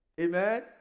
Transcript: Amen